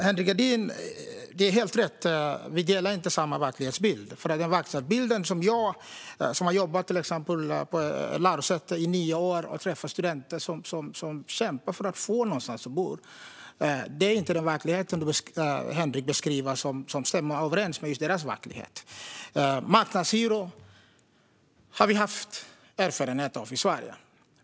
Herr talman! Det stämmer att vi inte har samma verklighetsbild, Henrik Edin. Jag har jobbat på lärosäte i nio år och träffat studenter som kämpar för att få någonstans att bo, och min och deras verklighetsbild stämmer inte överens med den verklighet Henrik beskriver.